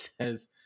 says